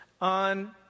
on